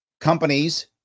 companies